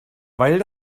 weil